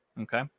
okay